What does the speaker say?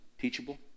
teachable